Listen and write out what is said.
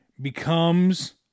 becomes